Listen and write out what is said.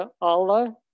Allah